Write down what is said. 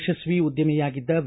ಯಶಸ್ವಿ ಉದ್ಯಮಿಯಾಗಿದ್ದ ವಿ